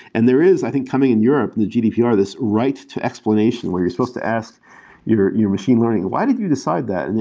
and there is, i think coming in europe, the gbpr, this right to explanation where you're supposed to ask your your machine learning, why did you decide that? and